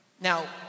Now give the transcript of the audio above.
Now